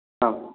आम्